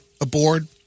aboard